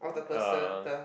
uh